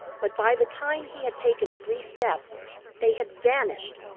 but by the time he had taken three steps they had vanished,